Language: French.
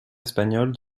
espagnol